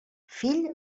fil